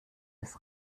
des